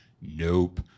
Nope